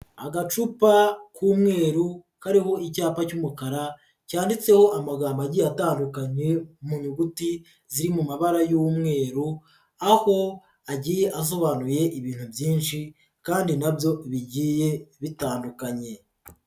Agacupa k'umweru kariho icyapa cy'umukara, cyanditseho amagambo agiye atandukanye, mu nyuguti ziri mu mabara y'umweru, aho agiye asobanuye ibintu byinshi kandi na byo bigiye bitandukanye.